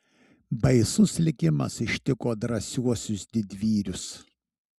baisus likimas ištiko drąsiuosius didvyrius